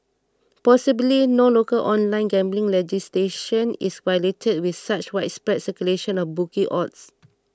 possibly no local online gambling legislation is violated with such widespread circulation of bookie odds